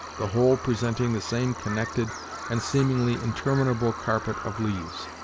the whole presenting the same connected and seemingly interminable carpet of leaves.